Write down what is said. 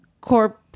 corp